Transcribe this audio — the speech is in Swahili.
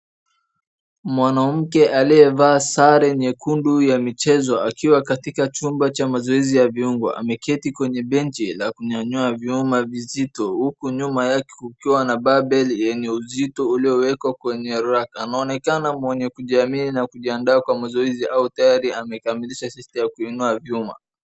Mwanamke aliyevalia sare nyekundu ya michezo akiwa katika chumba cha mazoezi ya viungo. Ameketi kwenye benchi la kunyanyua vyuma vizito huku nyuma yake kukiwa na barbell yenye uzito uliyowekwa kwenye rack . Anaonekana mwenye kujiamini na kujiandaa kwa mazoezi au tayari amekamilisha seti ya kuinua vyuma.